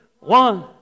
One